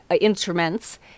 instruments